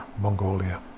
Mongolia